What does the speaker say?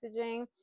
messaging